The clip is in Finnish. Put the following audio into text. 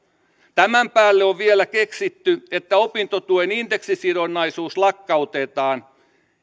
tämän päälle on vielä keksitty että opintotuen indeksisidonnaisuus lakkautetaan